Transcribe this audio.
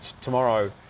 Tomorrow